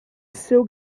seu